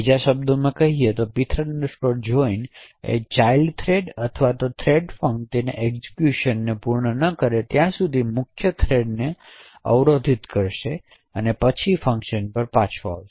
બીજા શબ્દોમાં કહીએ તો pthread join ચાઇલ્ડ થ્રેડ અથવા થ્રેડફંક તેના એક્ઝેક્યુશનને પૂર્ણ ન કરે ત્યાં સુધીમુખ્ય થ્રેડને અવરોધિત કરશે અને પછી ફંકશન પાછો આવશે